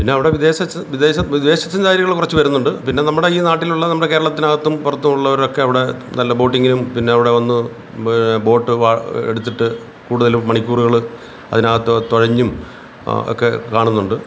പിന്നെ അവിടെ വിദേശശ് വിദേ വിദേശത്ത് കാര്യങ്ങൾ കുറച്ച് വരുന്നുണ്ട് പിന്നെ നമ്മുടെ ഈ നാട്ടിലുള്ള നമ്മുടെ കേരളത്തിനകത്തും പുറത്തും ഉള്ളവരൊക്കെ അവിടെ നല്ല ബോട്ടിങ്ങിനും പിന്നെ അവിടെ വന്ന് ബോട്ട് വാ എടുത്തിട്ട് കൂടുതൽ മണിക്കൂറുകൾ അതിനകത്ത് തുഴഞ്ഞും ഒക്കെ കാണുന്നുണ്ട്